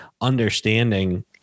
understanding